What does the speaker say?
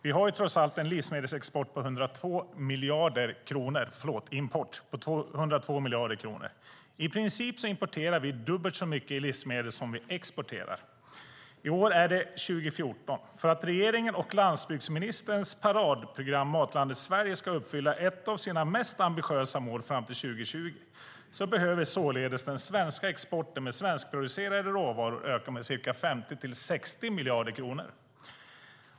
Vi har trots allt en livsmedelsimport på 102 miljarder kronor. I princip importerar vi dubbelt så mycket livsmedel som vi exporterar. I år är det 2014. För att regeringens och landsbygdsministerns paradprogram Matlandet Sverige ska uppfylla ett av sina mest ambitiösa mål fram till 2020 behöver således den svenska exporten med svenskproducerade råvaror öka med ca 50-60 miljarder kronor.